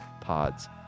pods